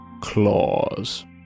claws